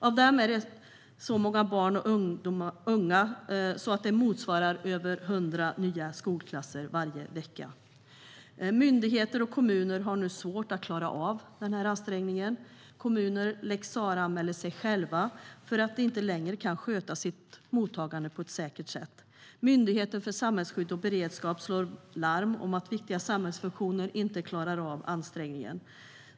Av dem är så många barn och unga att det motsvarar över hundra nya skolklasser varje vecka. Myndigheter och kommuner har nu svårt att klara av ansträngningen. Kommuner lex Sarah-anmäler sig själva för att de inte längre kan sköta sitt mottagande på ett säkert sätt. Myndigheten för samhällsskydd och beredskap slår larm om att viktiga samhällsfunktioner inte klarar av ansträngningen.